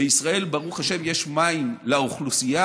לישראל, ברוך השם, יש מים לאוכלוסייה